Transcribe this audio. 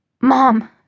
Mom